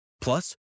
Plus